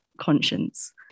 conscience